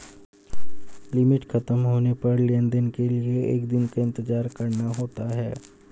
limit खत्म होने पर लेन देन के लिए एक दिन का इंतजार करना होता है